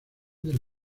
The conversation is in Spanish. del